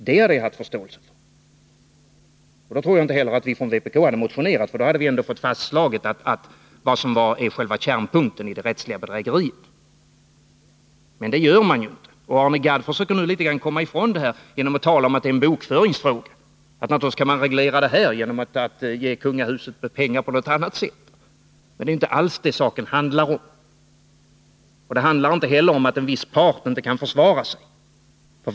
Det hade jag haft förståelse för, och då tror jag inte heller att vi från vpk hade motionerat, för då hade vi fått fastslaget att själva kärnpunkten är det rättsliga bedrägeriet. Men det säger man ju inte. Arne Gadd försöker nu komma ifrån problemet genom att säga att det är en bokföringsfråga, att visst kan man reglera detta genom att ge kungahuset pengar på något annat sätt. Men det är inte alls det saken handlar om. Det handlar inte heller om att en viss part inte kan försvara sig.